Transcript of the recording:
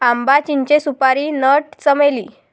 आंबा, चिंचे, सुपारी नट, चमेली